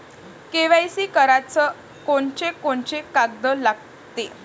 KYC कराच कोनचे कोनचे कागद लागते?